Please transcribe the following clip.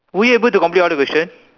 were you able to complete all the question